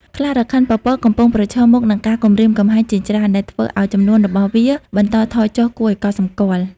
ខ្លារខិនពពក កំពុងប្រឈមមុខនឹងការគំរាមកំហែងជាច្រើន ដែលធ្វើឲ្យចំនួនរបស់វាបន្តថយចុះគួរឲ្យកត់សម្គាល់។